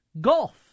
golf